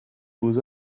beaux